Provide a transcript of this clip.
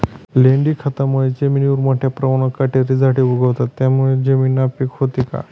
लेंडी खतामुळे जमिनीवर मोठ्या प्रमाणावर काटेरी झाडे उगवतात, त्यामुळे जमीन नापीक होते का?